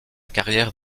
carrière